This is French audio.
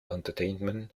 entertainment